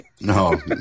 No